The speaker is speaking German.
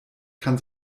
kann